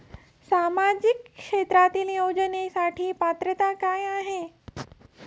सामाजिक क्षेत्रांतील योजनेसाठी पात्रता काय आहे?